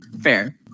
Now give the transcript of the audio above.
Fair